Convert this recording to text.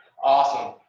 awesome.